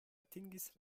atingis